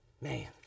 Man